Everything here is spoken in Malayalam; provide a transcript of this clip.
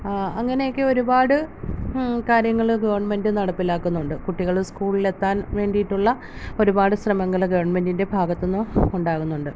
അങ്ങനെയൊക്കെ ഒരുപാട് കാര്യങ്ങൾ ഗവൺമെൻറ്റ് നടപ്പിലാക്കുന്നുണ്ട് കുട്ടികൾ സ്കൂളിലെത്താൻ വേണ്ടീട്ടുള്ള ഒരുപാട് ശ്രമങ്ങൾ ഗവൺമെൻറ്റിൻറ്റെ ഭാഗത്ത്ന്ന് ഉണ്ടാകുന്നുണ്ട്